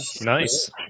Nice